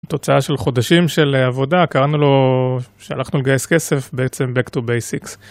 תוצאה של חודשים של עבודה קראנו לו שהלכנו לגייס כסף בעצם back to basics.